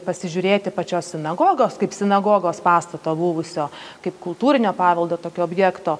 pasižiūrėti pačios sinagogos kaip sinagogos pastato buvusio kaip kultūrinio paveldo tokio objekto